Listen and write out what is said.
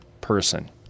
person